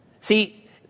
See